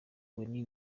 winnie